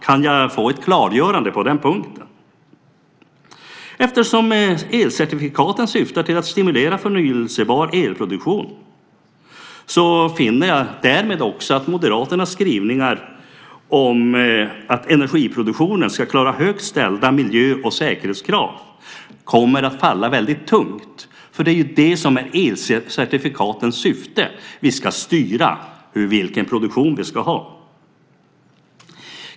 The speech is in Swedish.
Kan jag få ett klargörande på den punkten? Eftersom elcertifikaten syftar till att stimulera förnyelsebar elproduktion så finner jag därmed också att Moderaternas skrivningar om att energiproduktionen ska klara högt ställda miljö och säkerhetskrav kommer att falla väldigt tungt, för det är ju det som är elcertifikatens syfte: Vi ska styra över vilken produktion vi ska ha.